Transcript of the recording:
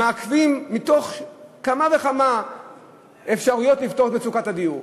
מתוך כמה וכמה אפשרויות לפתור את מצוקת הדיור,